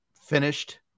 finished